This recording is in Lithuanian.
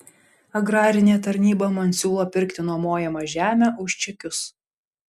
agrarinė tarnyba man siūlo pirkti nuomojamą žemę už čekius